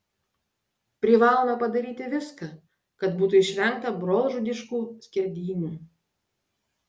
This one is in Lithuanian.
privalome padaryti viską kad būtų išvengta brolžudiškų skerdynių